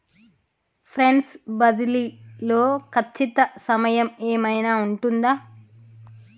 Funds బదిలీ లో ఖచ్చిత సమయం ఏమైనా ఉంటుందా?